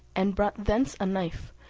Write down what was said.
and brought thence a knife,